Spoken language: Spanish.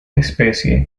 especie